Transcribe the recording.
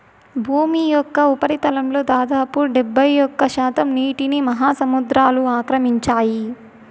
భూమి యొక్క ఉపరితలంలో దాదాపు డెబ్బైఒక్క శాతం నీటిని మహాసముద్రాలు ఆక్రమించాయి